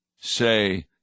say